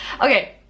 Okay